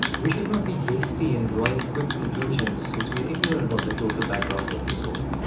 we should not be hasty in drawing quick conclusions since we are ignorant of the total background of the soul.